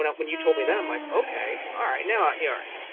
when you told me that, i'm like, okay, all right, now, yeah all right.